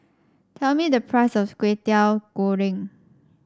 tell me the price of Kwetiau Goreng